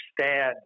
understand